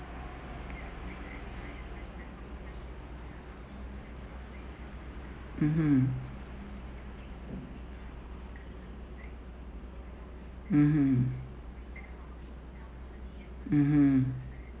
mmhmm mmhmm mmhmm